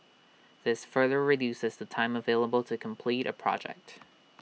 this further reduces the time available to complete A project